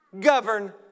govern